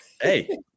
hey